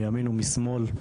מימין ומשמאל,